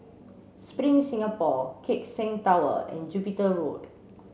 Spring Singapore Keck Seng Tower and Jupiter Road